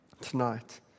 tonight